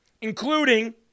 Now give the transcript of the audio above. including